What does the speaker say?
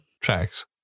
Tracks